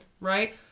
right